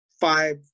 five